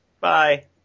Bye